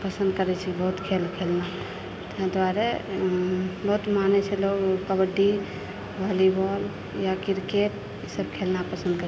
पसन्द करैत छै बहुत खेल खेलनाइ ताहि दुआरे बहुत मानै छै लोक कबड्डी भौलीबॉल या क्रिकेट ई सभ खेलना पसन्द करैत छै